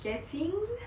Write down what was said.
getting